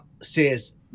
says